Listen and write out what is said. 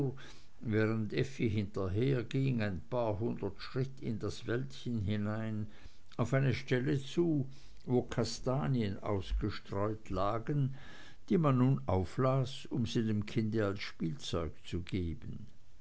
während effi hinterherging ein paar hundert schritt in das wäldchen hinein auf eine stelle zu wo kastanien ausgestreut lagen die man nun auflas um sie dem kind als spielzeug zu geben